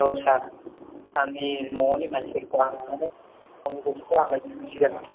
औ सार आंनि न'आवनि मानसिफोरखौ आं लानानै आंनि गथ'खौ आं लायनो फैसिगोन